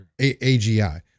AGI